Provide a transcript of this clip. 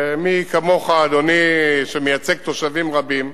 ומי כמוך, אדוני, שמייצג תושבים רבים,